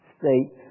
states